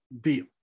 deal